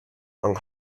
and